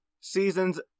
season's